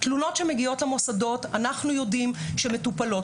תלונות שמגיעות למוסדות, אנחנו יודעים שמטופלות.